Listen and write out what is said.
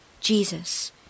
Jesus